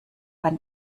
ein